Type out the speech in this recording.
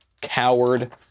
coward